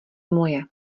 moje